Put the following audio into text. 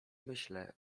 myślę